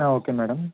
okay madam